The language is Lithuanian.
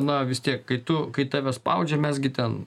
na vis tiek kai tu kai tave spaudžia mes gi ten